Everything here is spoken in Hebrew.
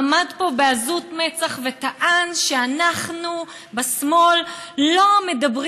עמד פה בעזות מצח וטען שאנחנו בשמאל לא מדברים